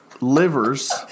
livers